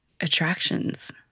attractions